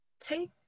take